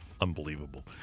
unbelievable